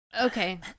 okay